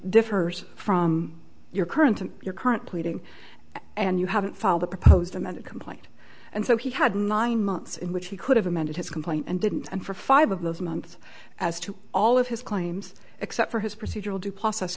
differs from your current and your current pleading and you haven't filed the proposed amended complaint and so he had nine months in which he could have amended his complaint and didn't and for five of those months as to all of his claims except for his procedural due process